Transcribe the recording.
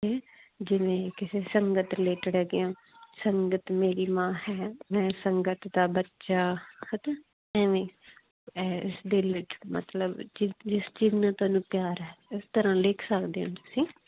ਹੈਂ ਜਿਵੇਂ ਕਿਸੇ ਸੰਗਤ ਰਿਲੇਟਡ ਹੈਗੇ ਹਾਂ ਸੰਗਤ ਮੇਰੀ ਮਾਂ ਹੈ ਮੈਂ ਸੰਗਤ ਦਾ ਬੱਚਾ ਪਤਾ ਐਵੇਂ ਹੈ ਦਿਲ 'ਚ ਮਤਲਬ ਜਿਸ ਜਿਸ ਚੀਜ਼ ਨਾਲ ਤੁਹਾਨੂੰ ਪਿਆਰ ਹੈ ਇਸ ਤਰ੍ਹਾਂ ਲਿਖ ਸਕਦੇ ਹੋ ਤੁਸੀਂ